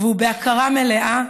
והוא בהכרה מלאה,